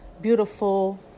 beautiful